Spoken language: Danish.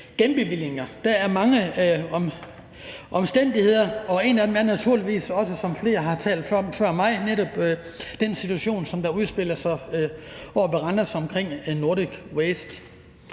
Der er mange omstændigheder, og en af dem er naturligvis også, som flere har talt om før mig, netop den situation, som udspiller sig omkring Nordic Waste